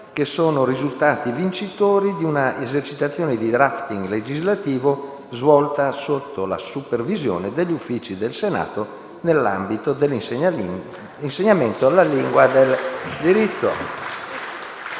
che sono risultati vincitori di un'esercitazione di *drafting* legislativo svolta sotto la supervisione degli Uffici del Senato, nell'ambito dell'insegnamento «La lingua del diritto».